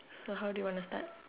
so how do you wanna start